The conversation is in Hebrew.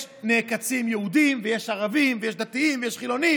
יש נעקצים יהודים ויש ערבים ויש דתיים ויש חילונים,